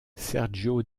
sergio